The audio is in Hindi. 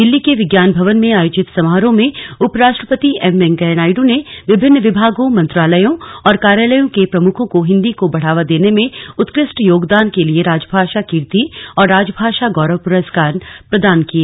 दिल्ली के विज्ञान भवन में आयोजित समारोह में उपराष्ट्रयपति एम वेंकैया नायडू ने विभिन्न विभागों मंत्रालयों और कार्यालयों के प्रमुखों को हिंदी को बढ़ावा देने में उत्कृष्ट योगदान के लिए राजभाषा कीर्ति और राजभाषा गौरव पुरस्कार प्रदान किए